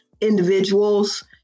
individuals